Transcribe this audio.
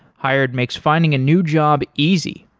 hired makes finding a new job easy.